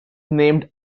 named